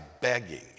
begging